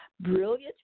Brilliant